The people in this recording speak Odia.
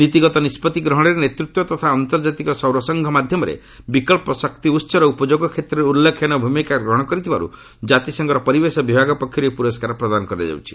ନୀତିଗତ ନିଷ୍କଭି ଗ୍ରହଣରେ ନେତୃତ୍ୱ ତଥା ଆନ୍ତର୍ଜାତିକ ସୌରସଂଘ ମାଧ୍ୟମରେ ବିକ୍ସ ଶକ୍ତି ଉହର ଉପଯୋଗ କ୍ଷେତ୍ରରେ ଉଲ୍ଲେଖନୀୟ ଭୂମିକା ଗ୍ରହଣ କରିଥିବାରୁ ଜାତିସଂଘର ପରିବେଶ ବିଭାଗ ପକ୍ଷରୁ ଏଇ ପୁରସ୍କାର ପ୍ରଦାନ କରାଯାଉଛି